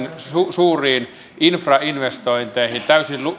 suuriin infrainvestointeihin täysin